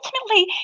Ultimately